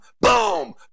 Boom